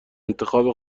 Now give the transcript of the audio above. انتخاب